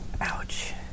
Ouch